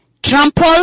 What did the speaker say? Trample